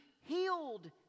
healed